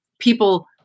people